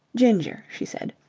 ginger, she said,